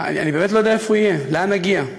אני באמת לא יודע איפה יהיה, לאן נגיע.